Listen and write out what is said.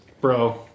bro